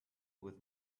with